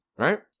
right